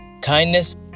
kindness